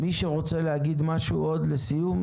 מישהו רוצה להגיד עוד משהו לסיום?